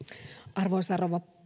arvoisa rouva